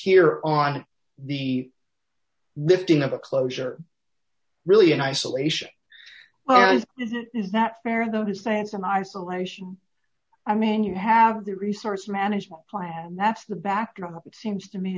here on the lifting of the closure really in isolation is that fair though to say it's an isolation i mean you have the resource management plan that's the backdrop it seems to me